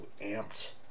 amped